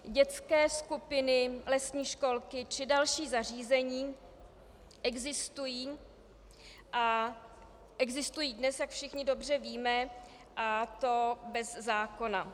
Dětské skupiny, lesní školky či další zařízení existují, a existují dnes, jak všichni víme, a to bez zákona.